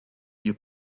you